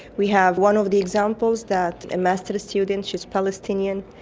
we have one of the examples that a masters student, she is palestinian,